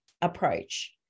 approach